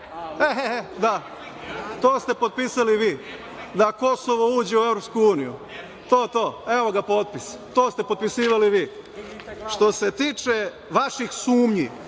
vi. Da, to ste potpisali vi, da Kosovo uđe u EU. Evo ga potpis. To ste potpisivali vi. Što se tiče vaših sumnji,